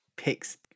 Picks